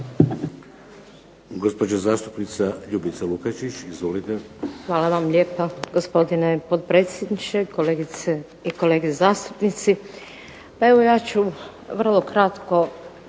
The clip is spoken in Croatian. Hvala vam lijepa gospodine potpredsjedniče, kolegice i kolege zastupnici. Pa evo ja ću vrlo kratko